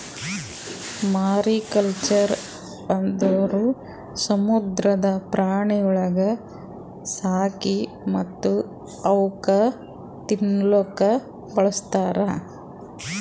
mariculture ಅಂದುರ್ ಸಮುದ್ರದ ಪ್ರಾಣಿಗೊಳ್ ಸಾಕಿ ಮತ್ತ್ ಅವುಕ್ ತಿನ್ನಲೂಕ್ ಬಳಸ್ತಾರ್